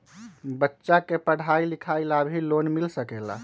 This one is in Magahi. बच्चा के पढ़ाई लिखाई ला भी लोन मिल सकेला?